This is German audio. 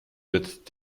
wird